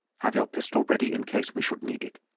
have your pistol ready in case we should need it.